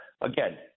Again